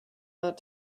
not